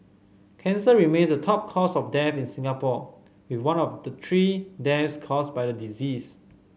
cancer remains the top cause of death in Singapore with one of the three deaths caused by the disease